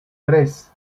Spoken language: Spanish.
tres